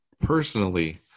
personally